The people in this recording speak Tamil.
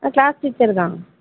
ஆ க்ளாஸ் டீச்சரு தான்